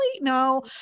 no